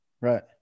right